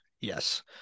Yes